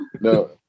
no